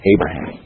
Abraham